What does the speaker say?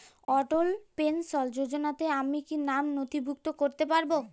অটল pension যোজনাতে কি আমি নাম নথিভুক্ত করতে পারবো?